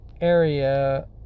area